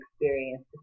experience